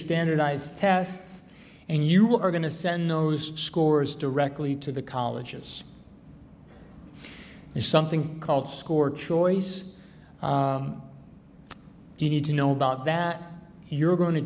standardized tests and you look we're going to send those scores directly to the colleges there's something called score choice you need to know about that you're going to